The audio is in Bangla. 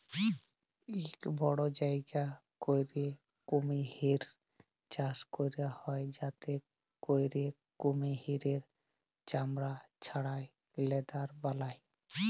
ইক বড় জায়গা ক্যইরে কুমহির চাষ ক্যরা হ্যয় যাতে ক্যইরে কুমহিরের চামড়া ছাড়াঁয় লেদার বালায়